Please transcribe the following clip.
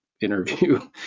interview